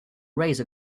raise